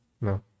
no